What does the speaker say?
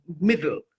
middle